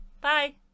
Bye